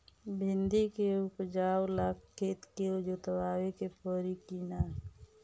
भिंदी के उपजाव ला खेत के जोतावे के परी कि ना?